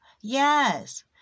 Yes